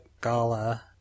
gala